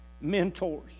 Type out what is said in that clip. Mentors